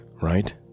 right